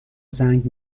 زنگ